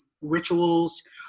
rituals